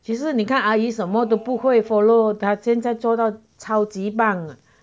其实你看阿姨什么都不会 follow 她现在做到超级棒